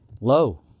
low